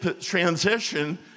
transition